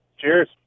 Cheers